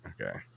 Okay